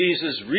Jesus